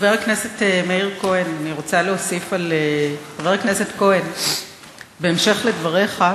חבר הכנסת מאיר כהן, בהמשך לדבריך,